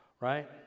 right